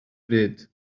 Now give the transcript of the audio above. bryd